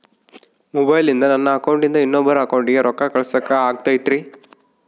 ಮೊಬೈಲಿಂದ ನನ್ನ ಅಕೌಂಟಿಂದ ಇನ್ನೊಬ್ಬರ ಅಕೌಂಟಿಗೆ ರೊಕ್ಕ ಕಳಸಾಕ ಆಗ್ತೈತ್ರಿ?